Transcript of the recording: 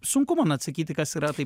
sunku man atsakyti kas yra tai